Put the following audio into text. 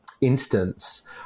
instance